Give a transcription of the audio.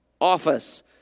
office